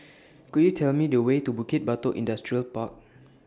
Could YOU Tell Me The Way to Bukit Batok Industrial Park